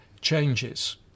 changes